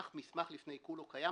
המונח מסמך לפני עיקול קיים.